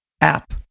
app